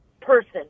person